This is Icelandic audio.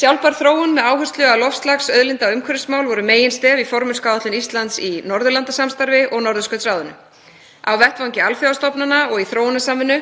Sjálfbær þróun með áherslu á loftslags-, auðlinda- og umhverfismál var meginstef í formennskuáætlunum Íslands í Norðurlandasamstarfi og Norðurskautsráðinu. Á vettvangi alþjóðastofnana og í þróunarsamvinnu